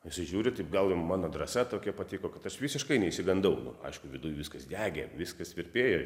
jisai žiūri taip gal mano drąsa tokia patiko kad aš visiškai neišsigandau nu aišku viduj viskas degė viskas virpėjo